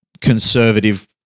conservative